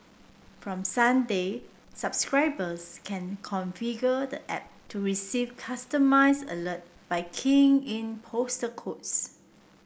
from Sunday subscribers can configure the app to receive customised alert by keying in postal codes